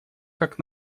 как